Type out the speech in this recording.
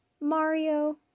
Mario